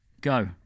go